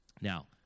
Now